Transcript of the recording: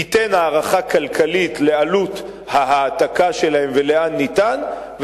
תיתן הערכה כלכלית של עלות ההעתקה ותאמר לאן ניתן להעתיקם,